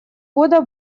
года